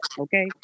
Okay